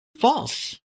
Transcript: false